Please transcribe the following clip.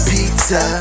Pizza